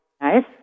Nice